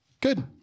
Good